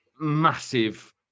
Massive